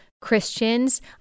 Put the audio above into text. Christians